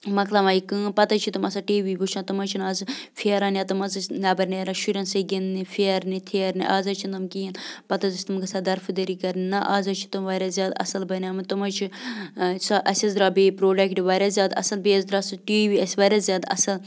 مۄکلاوان یہِ کٲم پَتہٕ حظ چھِ تِم آسان ٹی وی وٕچھان تِم حظ چھِنہٕ آز پھیران یا تِم حظ ٲسۍ نٮ۪بَر نیران شُرٮ۪ن سۭتۍ گِنٛدنہِ پھیرنہِ تھیرنہٕ آز حظ چھِنہٕ تِم کِہیٖنۍ پَتہٕ حظ ٲسۍ تِم گژھان درفٕدٔری کَرنہِ نَہ آز حظ چھِ تِم واریاہ زیادٕ اَصٕل بَنیمٕتۍ تِم حظ چھِ سۄ اَسہِ حظ درٛاو بیٚیہِ پرٛوڈَکٹ واریاہ زیادٕ اَصٕل بیٚیہِ حظ درٛاو سُہ ٹی وی اَسہِ واریاہ زیادٕ اَصٕل